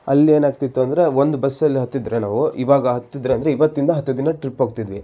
ಅಲ್ಲೇನಾಗ್ತಿತ್ತು ಅಂದರೆ ಒಂದು ಬಸ್ಸಲ್ಲಿ ಹತ್ತಿದರೆ ನಾವು ಈವಾಗ ಹತ್ತಿದರೆ ಅಂದರೆ ಇವತ್ತಿಂದ ಹತ್ತು ದಿನ ಟ್ರಿಪ್ ಹೋಗ್ತಿದ್ವಿ